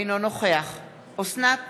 אינו נוכח אוסנת